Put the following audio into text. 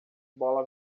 bola